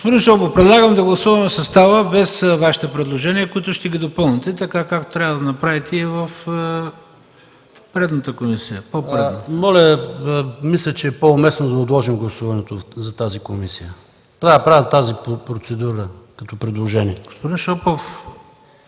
Господин Шопов, предлагам да гласуваме състава без Вашите предложения, които ще ги допълните, така както трябва да направите и за предната комисия. ПАВЕЛ ШОПОВ (Атака): Мисля, че е по-уместно да отложим гласуването за тази комисия. Правя тази процедура като предложение. ПРЕДСЕДАТЕЛ